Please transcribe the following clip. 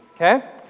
okay